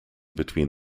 between